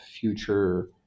future